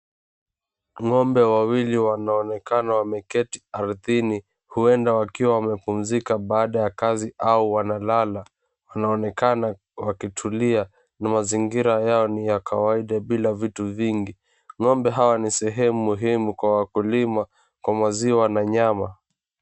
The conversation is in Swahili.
Ng'ombe wawili wanaonekana wameketi ardhini, huenda wakiwa wanapumzika baada ya kazi au walalala. Wanaonekana wakitulia na mazingira yao ni ya kawaida bila ya vitu vingi. Ng'ombe hawa ni sehemu muhimu kwa wakulima kwa maziwa na nyama.